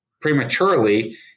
prematurely